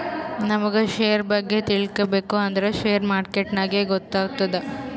ನಮುಗ್ ಶೇರ್ ಬಗ್ಗೆ ತಿಳ್ಕೋಬೇಕು ಅಂದ್ರ ಶೇರ್ ಮಾರ್ಕೆಟ್ ನಾಗೆ ಗೊತ್ತಾತ್ತುದ